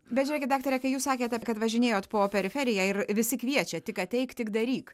bet žiūrėkit daktare kai jūs sakėte kad važinėjot po periferiją ir visi kviečia tik ateik tik daryk